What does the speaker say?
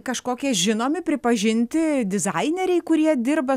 kažkokie žinomi pripažinti dizaineriai kurie dirba